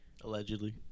Allegedly